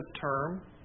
term